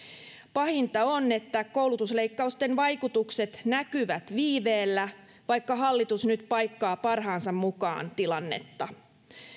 pahinta on että koulutusleikkausten vaikutukset näkyvät viiveellä vaikka hallitus nyt paikkaa parhaansa mukaan tilannetta